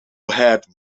had